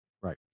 right